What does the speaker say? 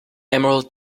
emerald